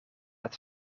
het